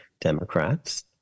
Democrats